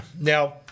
Now